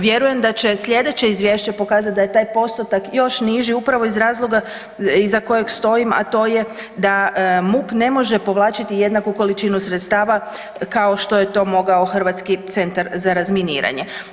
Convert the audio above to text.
Vjerujem da će sljedeće Izvješće pokazati da je taj postotak još niži upravo iz razloga iza kojeg stojim, a to je da MUP ne može povlačiti jednaku količinu sredstava kao što je to mogao Hrvatski centar za razminiranje.